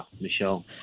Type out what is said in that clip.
Michelle